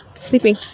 sleeping